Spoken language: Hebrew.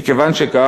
כיוון שכך,